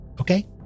Okay